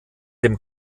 dem